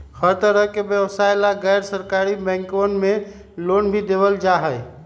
हर तरह के व्यवसाय ला गैर सरकारी बैंकवन मे लोन भी देवल जाहई